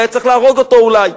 והיה צריך להרוג אותו אולי.